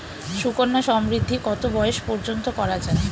সুকন্যা সমৃদ্ধী কত বয়স পর্যন্ত করা যায়?